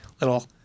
little